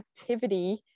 activity